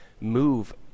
move